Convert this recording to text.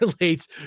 relates